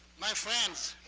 my friends,